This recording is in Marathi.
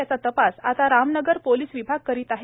याचा तपास आता रामनगर पोलीस विभाग करीत आहेत